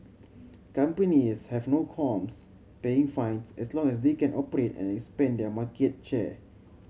companies have no qualms paying fines as long as they can operate and expand their market share